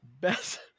Best